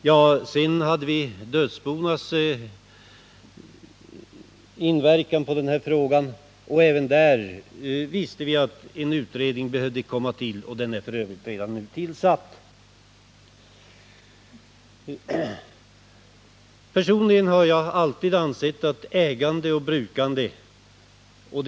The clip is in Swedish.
Jordförvärvsutredningen tog också upp frågan om dödsbos inverkan i detta sammanhang. Även där visste vi att en särskild utredning behövde komma till stånd. En sådan är f. ö. redan tillsatt. Personligen har jag alltid ansett att gemensamt ägande och brukande har utomordentliga fördelar och är en styrka.